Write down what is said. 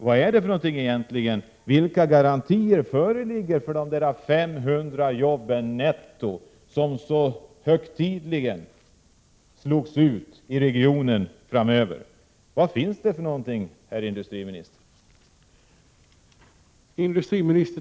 Vilka garantier föreligger egentligen för ersättandet av de 500 jobb netto som så högtidligen utlovades för regionen framöver?